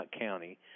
County